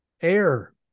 Air